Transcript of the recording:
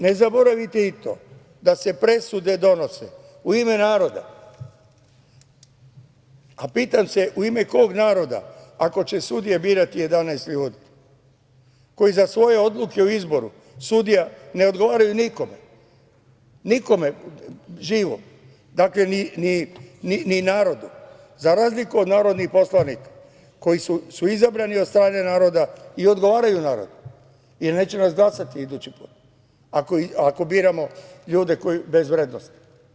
Ne zaboravite i to da se presude donose u ime naroda, a pitam se – u ime kog naroda ako će sudije birati 11 ljudi koji za svoje odluke o izboru sudija ne odgovaraju nikome živom, ni narodu, za razliku od narodnih poslanika koji su izabrani od strane naroda i odgovaraju narodu jer neće nas glasati idući put ako biramo ljude bez vrednosti.